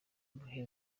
bihe